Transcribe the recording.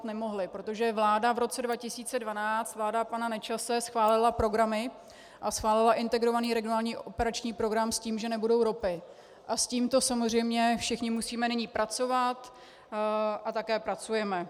Nemohli, protože vláda v roce 2012, vláda pana Nečase, schválila programy a schválila Integrovaný regionální operační program s tím, že nebudou ROPy, a s tímto samozřejmě musíme všichni nyní pracovat a také pracujeme.